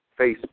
Facebook